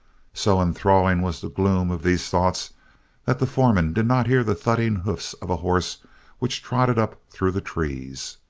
so enthralling was the gloom of these thoughts that the foreman did not hear the thudding hoofs of a horse which trotted up through the trees.